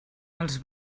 els